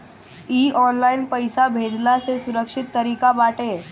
इ ऑनलाइन पईसा भेजला से सुरक्षित तरीका बाटे